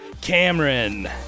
Cameron